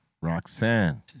Roxanne